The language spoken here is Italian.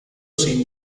sin